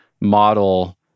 model